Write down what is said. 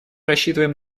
рассчитываем